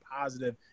positive